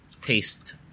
taste